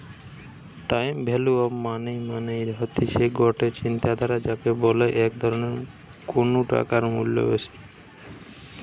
time value of money মানে হতিছে গটে চিন্তাধারা যাকে বলে যে এখন কুনু টাকার মূল্য বেশি